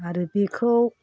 आरो बेखौ